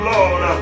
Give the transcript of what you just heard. Lord